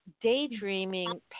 daydreaming